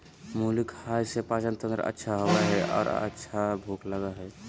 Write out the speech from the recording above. मुली खाय से पाचनतंत्र अच्छा होबय हइ आर अच्छा भूख लगय हइ